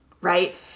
Right